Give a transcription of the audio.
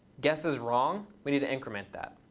guesseswrong. we need to increment that.